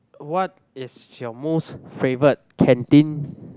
what is your most favorite canteen